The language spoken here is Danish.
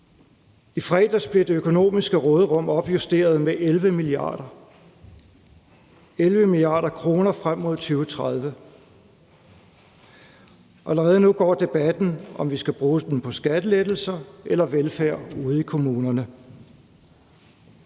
I fredags blev det økonomiske råderum opjusteret med 11 mia. kr. frem mod 2030. Allerede nu går debatten på, om vi skal bruge dem på skattelettelser eller velfærd ude i kommunerne.